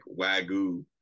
wagyu